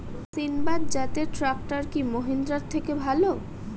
সিণবাদ জাতের ট্রাকটার কি মহিন্দ্রার থেকে ভালো?